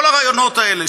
כל הרעיונות האלה,